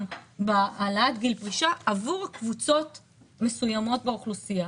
בהעלאת גיל פרישה עבור קבוצות מסוימות באוכלוסייה.